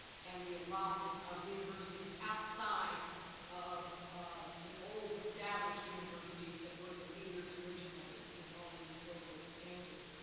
and the involvement of universities outside of of the old established universities that were the leaders originally in all of these global exchanges.